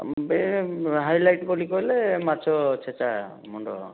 ଏବେ ହାଇଲାଇଟ୍ ବୋଲି କହିଲେ ମାଛ ଛେଛେଡ଼ା ମୁଣ୍ଡ